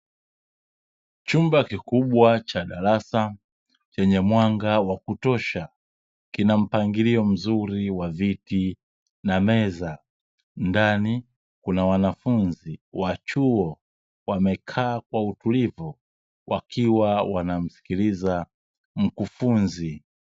Chumba kikubwa cha darasa chenye mwanga wa kutosha, kina mpangilio mzuri wa viti na meza. Ndani kuna wanafunzi wa chuo wamekaa kwa utulivu wakiwa wanamskiliza mkufunzi.